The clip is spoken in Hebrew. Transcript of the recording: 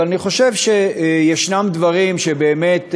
אבל אני חושב שיש דברים שבאמת,